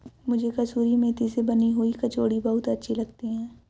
मुझे कसूरी मेथी से बनी हुई कचौड़ी बहुत अच्छी लगती है